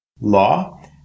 law